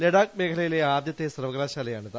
ലഡാക്ക് മേഖലയിലെ ആദ്യത്തെ സർവകലാശാലയാണിത്